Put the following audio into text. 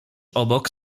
obok